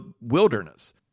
wilderness